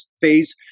phase